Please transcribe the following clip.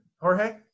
Jorge